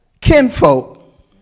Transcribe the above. kinfolk